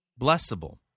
blessable